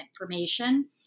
information